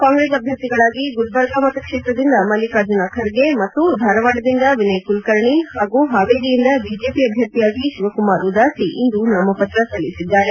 ಕಾಂಗ್ರೆಸ್ ಅಭ್ಯರ್ಥಿಗಳಾಗಿ ಗುಲ್ವರ್ಗಾ ಮತಕ್ಷೇತ್ರದಿಂದ ಮಲ್ಲಿಕಾರ್ಜುನ ಖರ್ಗೆ ಮತ್ತು ಧಾರವಾಡದಿಂದ ವಿನಯ್ ಕುಲಕರ್ಣಿ ಹಾಗೂ ಹಾವೇರಿಯಿಂದ ಬಿಜೆಪಿ ಅಭ್ಯರ್ಥಿಯಾಗಿ ಶಿವಕುಮಾರ್ ಉದಾಸಿ ಇಂದು ನಾಮಪತ್ರ ಸಲ್ಲಿಸಿದ್ದಾರೆ